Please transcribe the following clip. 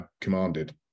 commanded